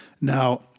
Now